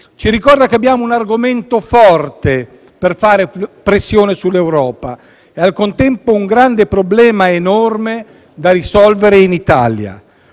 ci ricorda che abbiamo un argomento molto forte per fare pressione sull'Europa e, al contempo, un problema enorme da risolvere in Italia.